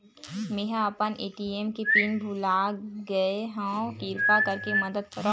मेंहा अपन ए.टी.एम के पिन भुला गए हव, किरपा करके मदद करव